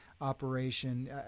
operation